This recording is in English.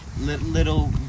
little